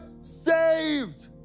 Saved